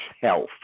health